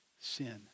sin